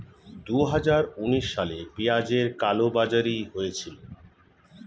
দুহাজার উনিশ সালে পেঁয়াজের কালোবাজারি হয়েছিল